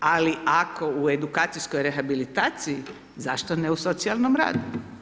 Ali ako u edukacijskoj rehabilitaciji, zašto ne u socijalnom radu?